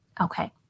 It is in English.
Okay